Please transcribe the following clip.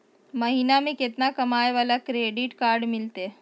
महीना में केतना कमाय वाला के क्रेडिट कार्ड मिलतै?